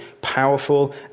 powerful